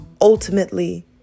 ultimately